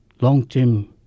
long-term